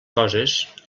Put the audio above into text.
coses